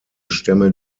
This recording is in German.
stämme